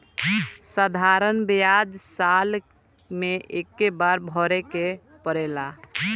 साधारण ब्याज साल मे एक्के बार भरे के पड़ेला